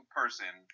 person